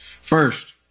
First